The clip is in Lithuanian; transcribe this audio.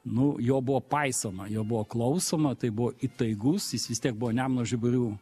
nu jo buvo paisoma jo buvo klausoma tai buvo įtaigus jis vis tiek buvo nemuno žiburių